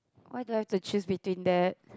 why do I have to choose between that